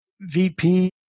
VP